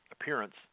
appearance